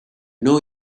know